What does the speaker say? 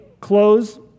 close